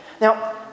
Now